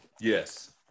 Yes